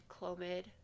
Clomid